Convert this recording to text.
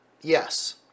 Yes